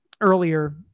earlier